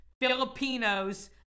filipinos